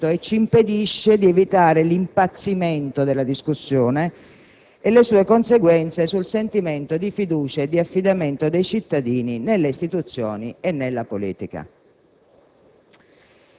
In questa discussione si ha la sensazione di aver smarrito un quadro comune di riferimento, un comune affidarsi ad un sistema di regole che disegna i poteri, i doveri, le responsabilità,